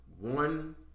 One